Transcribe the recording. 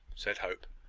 said hope,